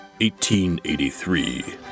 1883